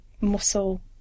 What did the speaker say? muscle